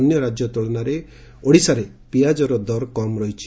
ଅନ୍ୟ ରାଜ୍ୟ ତୁଳନାରେ ଓଡ଼ିଶାରେ ପିଆଜର ଦର କମ୍ ରହିଛି